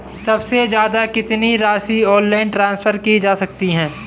सबसे ज़्यादा कितनी राशि ऑनलाइन ट्रांसफर की जा सकती है?